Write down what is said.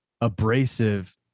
abrasive